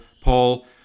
Paul